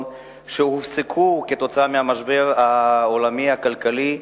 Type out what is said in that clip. שהופסקו כתוצאה מהמשבר העולמי הכלכלי.